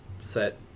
set